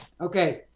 okay